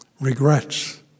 regrets